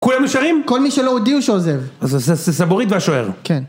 כולם נשארים? כל מי שלא הודיע הוא שעוזב אז זה סבוריט והשוער? כן